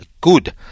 good